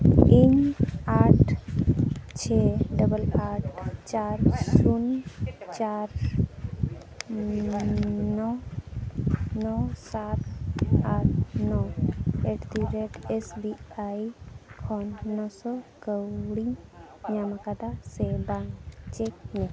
ᱤᱧ ᱟᱴ ᱪᱷᱮ ᱰᱚᱵᱚᱞ ᱟᱴ ᱪᱟᱨ ᱥᱩᱱ ᱪᱟᱨ ᱱᱚ ᱱᱚ ᱥᱟᱛ ᱟᱴ ᱱᱚ ᱮᱴ ᱫᱟ ᱨᱮᱴ ᱮᱥ ᱵᱤ ᱟᱭ ᱠᱷᱚᱱ ᱱᱚᱥᱚ ᱠᱟᱣᱰᱤᱧ ᱧᱟᱢᱟᱠᱟᱫᱟ ᱥᱮ ᱵᱟᱝ ᱪᱮᱠ ᱢᱮ